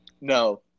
No